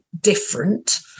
different